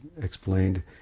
explained